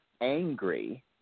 angry